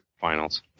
finals